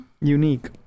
Unique